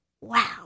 wow